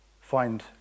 find